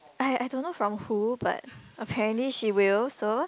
I I don't know from who but apparently she will so